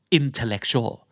intellectual